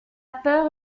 peur